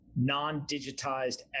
non-digitized